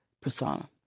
persona